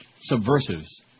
subversives